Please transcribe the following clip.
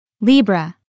Libra